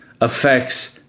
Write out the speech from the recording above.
affects